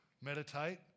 meditate